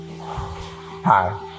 Hi